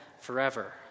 forever